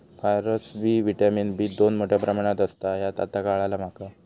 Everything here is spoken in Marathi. फारसबी व्हिटॅमिन बी दोन मोठ्या प्रमाणात असता ह्या आता काळाला माका